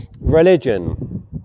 religion